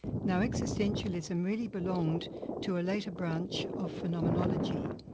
now existentialism really belonged to a later branch of phenomenonology,